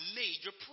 major